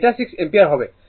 এটা 6 অ্যাম্পিয়ার হবে